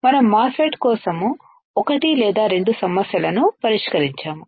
మనం MOSFET కోసం ఒకటి లేదా రెండు సమస్యలను పరిష్కరించాము